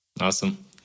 Awesome